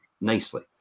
nicely